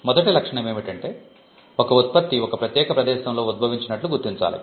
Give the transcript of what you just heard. మొదటి లక్షణం ఏమిటంటే ఒక ఉత్పత్తి ఒక ప్రత్యేక ప్రదేశంలో ఉద్భవించినట్లు గుర్తించాలి